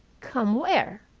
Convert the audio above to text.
come where?